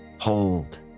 hold